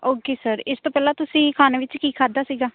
okay sir ਇਸ ਤੋਂ ਪਹਿਲਾਂ ਤੁਸੀਂ ਖਾਣੇ ਵਿੱਚ ਕੀ ਖਾਧਾ ਸੀਗਾ